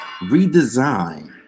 redesign